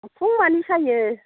आथिं मानि सायो